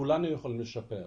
כולנו יכולים לשפר.